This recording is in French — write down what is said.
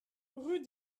rue